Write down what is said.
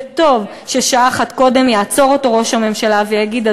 וטוב ששעה אחת קודם יעצור אותו ראש הממשלה ויגיד,